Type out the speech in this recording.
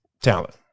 talent